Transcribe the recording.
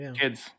kids